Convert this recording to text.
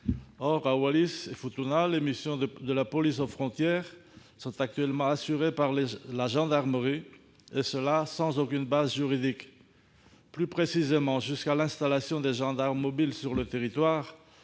Or, à Wallis-et-Futuna, les missions de la police aux frontières sont actuellement assurées par la gendarmerie, et ce sans aucune base juridique. Plus précisément, jusqu'à l'installation des gendarmes mobiles sur le territoire,